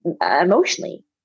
emotionally